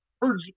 Birds